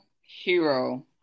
hero